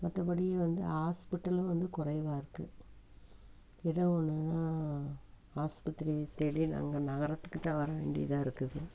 மற்றபடி வந்து ஹாஸ்பிட்டலும் வந்து குறைவாக இருக்குது ஏதோ ஒன்னுன்னால் ஆஸ்பத்திரிய தேடி நாங்கள் நகரத்துக்கிட்ட வர வேண்டியதாக இருக்குது